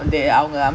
oh